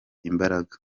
imbaraga